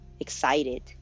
excited